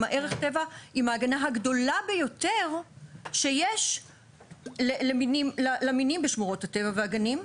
הם ערך הטבע עם ההגנה הגדולה ביותר שיש למינים בשמורות הטבע והגנים.